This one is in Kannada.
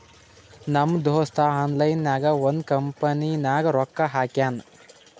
ನಮ್ ದೋಸ್ತ ಆನ್ಲೈನ್ ನಾಗೆ ಒಂದ್ ಕಂಪನಿನಾಗ್ ರೊಕ್ಕಾ ಹಾಕ್ಯಾನ್